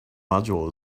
module